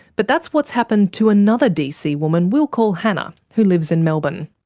but that's what's happened to another dc woman we'll call hannah, who lives in melbourne.